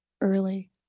early